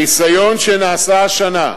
הניסיון שנעשה השנה,